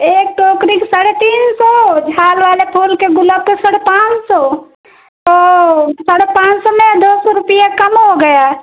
एक टोकरी के साढ़े तीन सौ झाल वाले फूल के गुलाब के साढ़े पाँच सौ तो साढ़े पाँच सौ में दो सौ रुपया कम हो गया